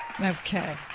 Okay